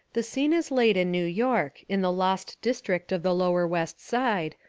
the scene is laid in new york, in the lost district of the lower west side,